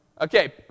Okay